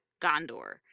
Gondor